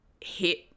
hit